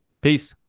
Peace